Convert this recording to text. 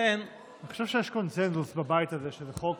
אני חושב שיש קונסנזוס בבית הזה שזה חוק